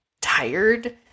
tired